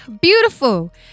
beautiful